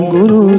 Guru